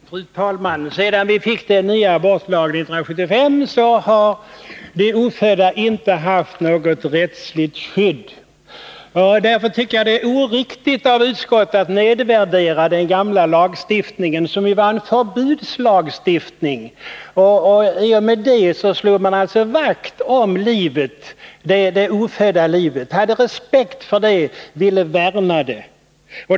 Fru talman! Sedan vi fick den nya abortlagen 1975 har de ofödda inte haft något rättsligt skydd. Därför tycker jag att det är oriktigt av utskottet att nedvärdera den gamla lagstiftningen, som var en förbudslagstiftning. I och med det slog man alltså vakt om det ofödda livet, hade respekt för det, ville värna det.